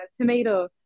tomato